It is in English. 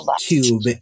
cube